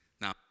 Now